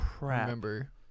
remember